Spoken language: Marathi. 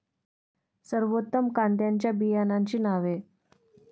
सर्वोत्तम कांद्यांच्या बियाण्यांची नावे?